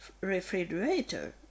refrigerator